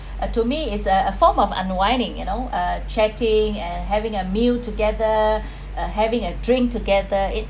to me is a form of unwinding you know uh chatting and having a meal together uh having a drink together it